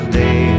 day